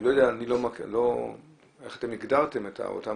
אני לא יודע איך אתם הגדרתם את אותם